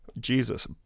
Jesus